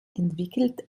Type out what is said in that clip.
entwickelt